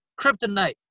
kryptonite